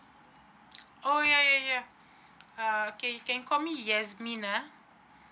oh ya ya uh okay can call me yasmine ah